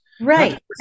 Right